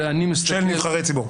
של נבחרי ציבור.